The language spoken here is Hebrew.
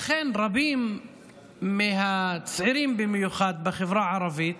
לכן רבים מהצעירים בחברה הערבית